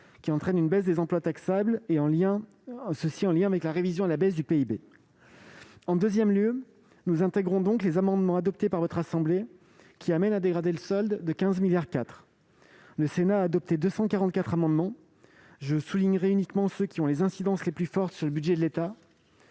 qui entraîne une baisse des emplois taxables, et la révision à la baisse du PIB. En deuxième lieu, nous intégrons les amendements adoptés par votre assemblée, qui conduisent à dégrader le solde de 15,4 milliards d'euros. Le Sénat a adopté 244 amendements. J'évoquerai uniquement ceux dont les incidences sont les plus fortes sur le budget de l'État.